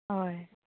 हय